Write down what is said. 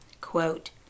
Quote